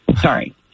Sorry